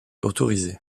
autorisée